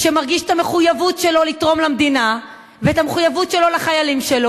שמרגיש את המחויבות שלו לתרום למדינה ואת המחויבות שלו לחיילים שלו?